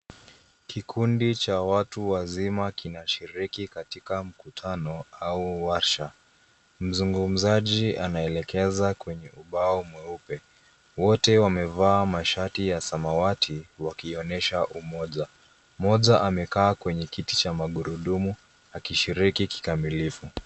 Kikundi cha watu wazima kinashiriki katika mkutano, au warsha. Mzungumzaji anaelekeza kwenye ubao mweupe. Wote wamevaa mashati ya samawati, wakionyesha umoja. Mmoja amekaa kwenye kiti cha magurudumu, akishiriki kikamilifu.